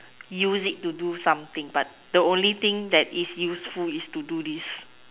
use it to do something but the only thing that is useful is to do this